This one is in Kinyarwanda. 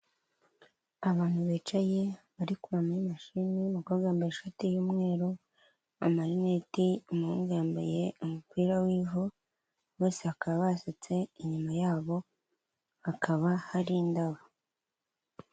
Abantu bicaye bari kureba muri mashini, umukobwa yambaye ishati y'umweru, amarinete, umuhungu yambaye umupira w'ivu, bose bakaba basetse, inyuma yabo hakaba hari indabo.